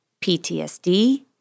PTSD